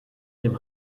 dem